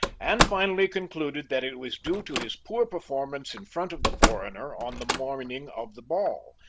and finally concluded that it was due to his poor performance in front of the foreigner on the morning of the ball,